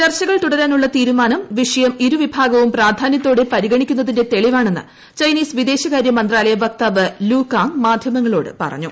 ചർച്ചകൾ തുടരാനുള്ള തീരുമാനം വീഷ്യം ഇരുവിഭാഗവും പ്രാധാനൃത്തോടെ പരിഗണിക്കുന്നതിന്റെ കെളിവാണെന്ന് ചൈനീസ് വിദേശകാര്യ മന്ത്രാലയ വക്താവ്ലു ക്രാങ്ങ് മാധ്യമങ്ങളോട് പറഞ്ഞു